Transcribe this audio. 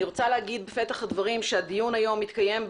אני רוצה להגיד בפתח הדברים שהדיון היום מתקיים,